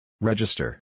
Register